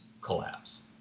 collapse